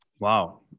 Wow